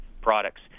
products